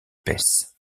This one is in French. épaisses